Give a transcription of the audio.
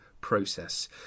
process